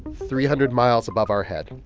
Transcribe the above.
three hundred miles above our head.